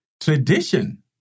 tradition